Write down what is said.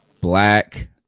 Black